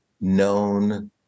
known